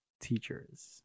teachers